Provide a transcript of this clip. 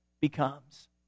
becomes